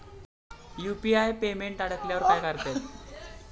UPI payment अडकल्यावर काय करतात?